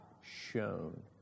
shown